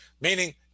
Meaning